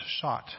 shot